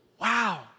Wow